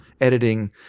editing